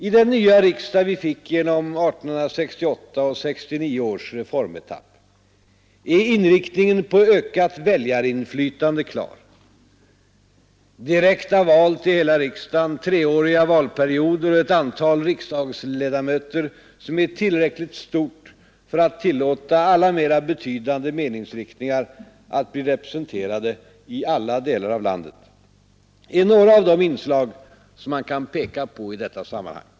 I den nya riksdag vi fick genom 1968 och 1969 års reformetapp är inriktningen på ökat väljarinflytande klar. Direkta val till hela riksdagen, treåriga valperioder och ett antal riksdagsledamöter som är tillräckligt stort för att tillåta alla mera betydande meningsriktningar att bli representerade i alla delar av landet är några av de inslag som man kan peka på i detta sammanhang.